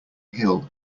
hill